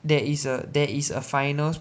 there is a there is a finals